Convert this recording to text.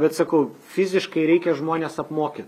bet sakau fiziškai reikia žmones apmokyt